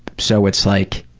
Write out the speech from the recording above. so, it's like,